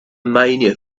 mania